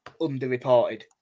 underreported